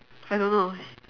I don't know